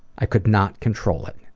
i could not control it.